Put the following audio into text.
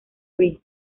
free